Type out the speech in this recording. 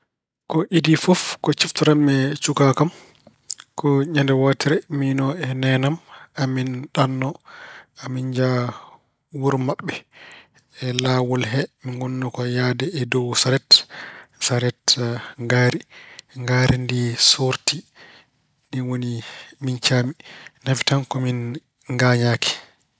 Ko idii fof ko siftorammi e cukaagu am ko ñande wootere miino e nene am amin ɗannoo, amin njaha wuro maɓɓe. E laawol he, min ngonnoo ko yahde e dow saret, saret ngaari. Ngaari ndi soorti, ni woni min caami. Nafi tan ko min ngañaaki.